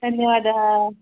धन्यवादः